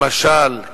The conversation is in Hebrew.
למשל,